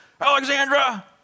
Alexandra